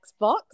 Xbox